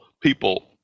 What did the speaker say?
People